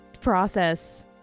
process